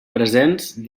presents